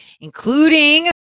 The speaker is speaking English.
including